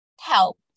help